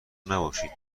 نباشید